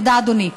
תודה, אדוני.